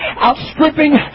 outstripping